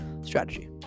strategy